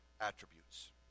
attributes